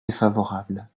défavorable